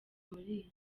muri